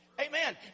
Amen